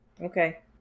okay